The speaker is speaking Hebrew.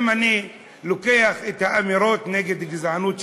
אם אני לוקח את האמירות שלכם נגד גזענות,